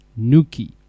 Nuki